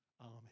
Amen